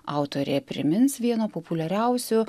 autorė primins vieno populiariausių